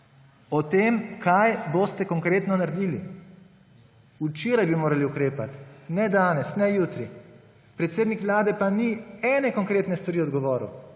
o tem, kaj boste konkretno naredili. Včeraj bi morali ukrepati, ne danes, ne jutri. Predsednik Vlade pa ni ene konkretne stvari odgovoril,